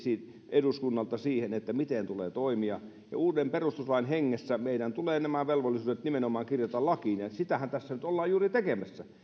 eduskunnalta siihen miten tulee toimia uuden perustuslain hengessä meidän tulee nämä velvollisuudet kirjata nimenomaan lakiin ja sitähän tässä nyt juuri ollaan tekemässä